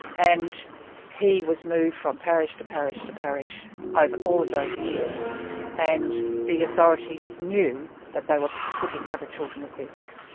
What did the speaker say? and he was moved from parish to parish to parish over all of those years and the authorities knew that they were putting other children at risk.